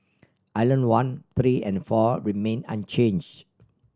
island one three and four remained unchanged